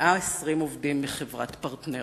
120 עובדים מחברת "פרטנר",